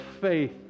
faith